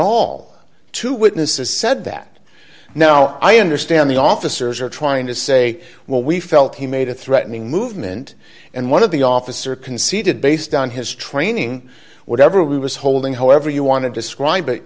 all two witnesses said that now i understand the officers are trying to say well we felt he made a threatening movement and one of the officer conceded based on his training whatever we was holding however you want to describe it